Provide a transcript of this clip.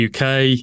uk